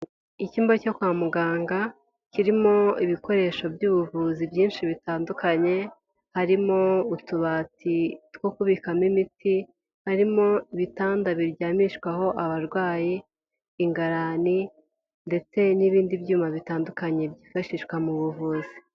Icyumba cyo kwa muganga kirimo ibikoresho by'ubuvuzi byinshi bitandukanye, harimo utubati two kubikamo imiti, harimo ibitanda biryamishwaho abarwayi, ingarani ndetse n'ibindi byuma bitandukanye byifashishwa mu buvuzi.